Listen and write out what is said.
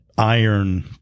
iron